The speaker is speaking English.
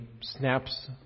snaps